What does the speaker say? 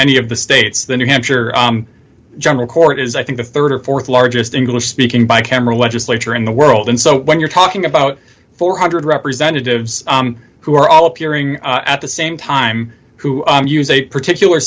any of the states the new hampshire general court is i think the rd or th largest english speaking by camera legislature in the world and so when you're talking about four hundred representatives who are all appearing at the same time who use a particular